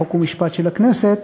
חוק ומשפט של הכנסת,